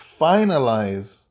finalize